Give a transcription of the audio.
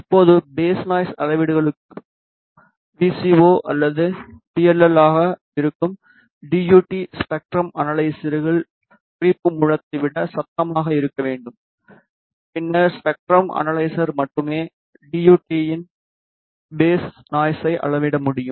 இப்போது phase noise அளவீடுகளுக்குப் V C O அல்லது பி எல் எல் ஆக இருக்கும் டி யு டி ஸ்பெக்ட்ரம் அனலைசர்கள் குறிப்பு மூலத்தை விட சத்தமாக இருக்க வேண்டும் பின்னர் ஸ்பெக்ட்ரம் அனலைசர் மட்டுமே டி யு டி இன் பேஸ் நாய்ஸை அளவிட முடியும்